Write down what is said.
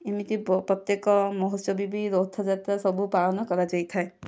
ଏମିତି ପ୍ରତ୍ୟକ ମହୋତ୍ସବ ବି ରଥ ଯାତ୍ରା ସବୁ ପାଳନ କରାଯାଇଥାଏ